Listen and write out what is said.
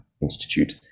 Institute